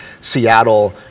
Seattle